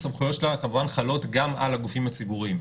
הסמכויות שלה כמובן חלות גם על הגופים הציבוריים.